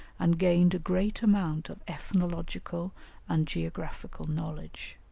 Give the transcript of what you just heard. and gained a great amount of ethnological and geographical knowledge.